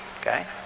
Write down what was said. okay